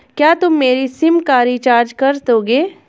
क्या तुम मेरी सिम का रिचार्ज कर दोगे?